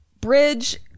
Bridge